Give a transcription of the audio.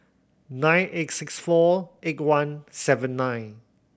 nine eight six four eight one seven nine